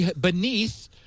Beneath